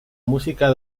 música